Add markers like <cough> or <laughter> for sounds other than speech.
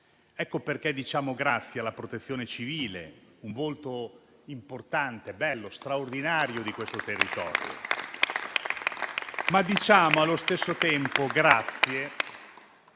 Ecco perché diciamo grazie alla Protezione civile, un volto importante, bello e straordinario di questo territorio. <applause> Diciamo allo stesso tempo grazie